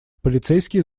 полицейские